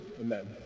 Amen